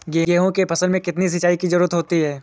गेहूँ की फसल में कितनी सिंचाई की जरूरत होती है?